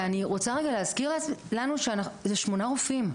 ואני רוצה רגע להזכיר לנו שזה 8 רופאים.